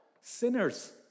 Sinners